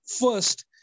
First